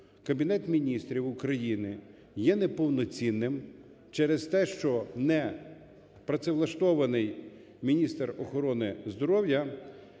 Кабінет Міністрів України є неповноцінним через те, що не працевлаштований міністр охорони здоров'я,